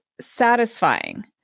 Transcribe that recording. satisfying